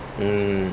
mm